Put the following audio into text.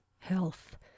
health